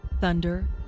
thunder